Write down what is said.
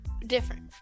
Different